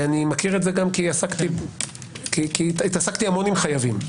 ואני מכיר את זה כי התעסקתי המון עם חייבים.